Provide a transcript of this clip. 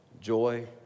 joy